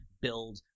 build